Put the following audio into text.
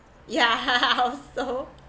yeah so